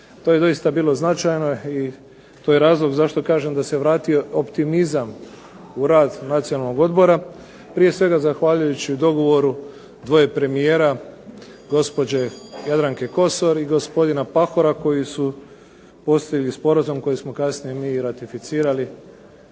To je doista bilo značajno i to je razlog zašto kažem da se vratio optimizam u rad Nacionalnog odbora, prije svega zahvaljujući dogovoru dvoje premijera, gospođe Jadranke Kosor i gospodina Pahora koji su postigli sporazum koji smo kasnije mi i ratificirali